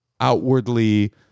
outwardly